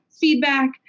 feedback